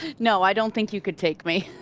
no i don't think you could take me.